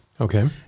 Okay